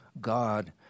God